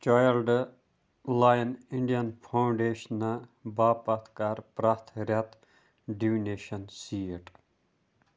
child line Indian فاوُنٛڈیشنہٕ باپتھ کَر پرٛٮ۪تھ رٮ۪تہٕ ڈُنیشن سیٖٹ